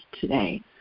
today